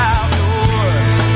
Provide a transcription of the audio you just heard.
Outdoors